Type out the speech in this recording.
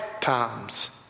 times